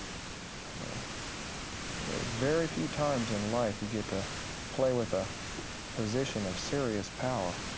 you know there's very few times in life you get to play with a position of serious power,